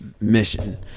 mission